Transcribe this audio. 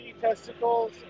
testicles